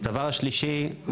דבר שלישי,